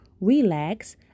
relax